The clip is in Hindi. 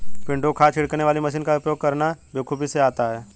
पिंटू को खाद छिड़कने वाली मशीन का उपयोग करना बेखूबी से आता है